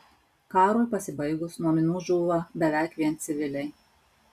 karui pasibaigus nuo minų žūva beveik vien civiliai